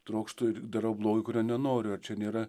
trokštu ir darau blogį kurio nenoriu ar čia nėra